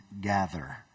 gather